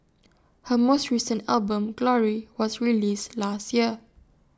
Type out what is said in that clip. her most recent album glory was released last year